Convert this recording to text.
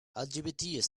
lgbt